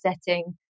setting